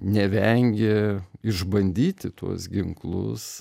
nevengė išbandyti tuos ginklus